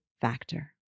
factor